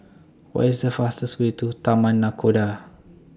What IS The fastest Way to Taman Nakhoda